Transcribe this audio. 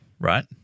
right